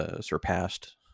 surpassed